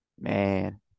Man